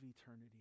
eternity